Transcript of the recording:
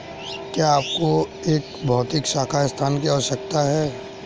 क्या आपको एक भौतिक शाखा स्थान की आवश्यकता है?